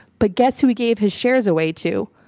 but guess who he gave his shares away to?